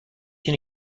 اینه